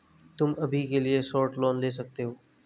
तुम अभी के लिए शॉर्ट लोन ले सकते हो